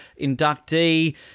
inductee